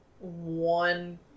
one